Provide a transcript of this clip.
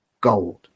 gold